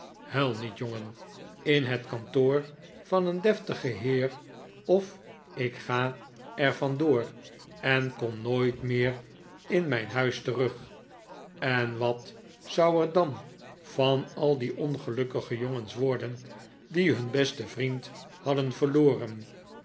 huil niet jongen in het kantoor van een deftigen heer of ik ga er vandoor en kom nooit meer in mijn huis terug en wat zou er dan van al die ongelukkige jongens worden die hun besten vriend hadden verloren